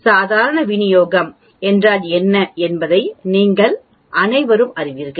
சாதாரண விநியோகம் என்றால் என்ன என்பதை நீங்கள் அனைவரும் அறிவீர்கள்